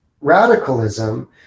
radicalism